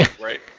Right